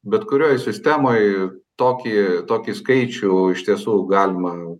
bet kurioj sistemoj tokį tokį skaičių iš tiesų galima